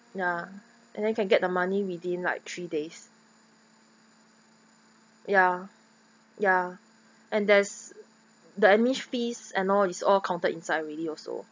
ya and then can get the money within like three days ya ya and there's the admins fees and all is all counted inside already also